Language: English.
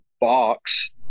box